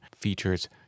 features